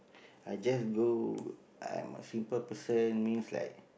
I just go I am a simple person means like